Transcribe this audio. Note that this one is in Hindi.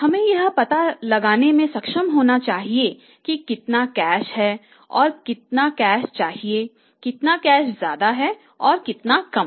हमें यह पता लगाने में सक्षम होना चाहिए कि कितना कैश है कितना कैश चाहिए कितना कैश ज्यादा है कितना कैश कम है